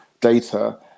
data